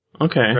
Okay